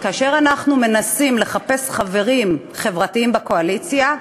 כאשר אנחנו מנסים לחפש חברים חברתיים בקואליציה,